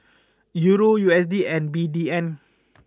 Euro U S D and B D N